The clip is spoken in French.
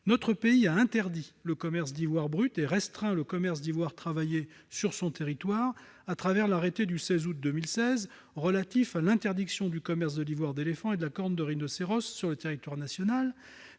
Notre pays a interdit le commerce d'ivoire brut et restreint le commerce d'ivoire travaillé sur son territoire par l'arrêté du 16 août 2016 relatif à l'interdiction du commerce de l'ivoire d'éléphants et de la corne de rhinocéros sur le territoire national,